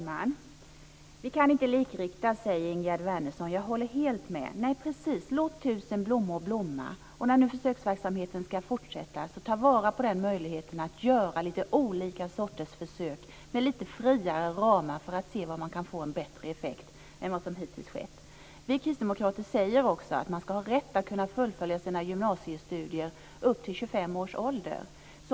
Fru talman! Vi kan inte likrikta, säger Ingegerd Wärnersson. Jag håller med. Låt tusen blommor blomma! När nu försöksverksamheten ska fortsätta ska man ta vara på möjligheten att göra olika sorters försök, med lite friare ramar för att se var man kan få en bättre effekt än hittills. Vi kristdemokrater säger också att man ska ha rätt att fullfölja sina gymnasiestudier upp till 25 års ålder.